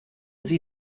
sie